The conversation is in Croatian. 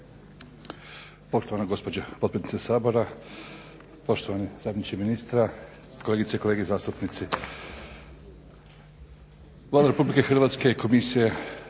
Poštovana gospođo potpredsjednice Sabora, poštovani zamjeniče ministra, kolegice i kolege zastupnici. Vlada Republike Hrvatske i komisija